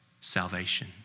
salvation